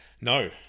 No